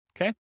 Okay